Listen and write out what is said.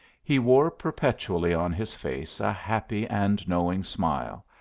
he wore perpetually on his face a happy and knowing smile,